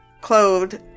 clothed